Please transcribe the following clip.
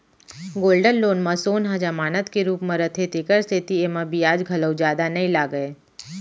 gold loan म सोन ह जमानत के रूप म रथे तेकर सेती एमा बियाज घलौ जादा नइ लागय